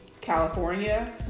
California